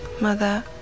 mother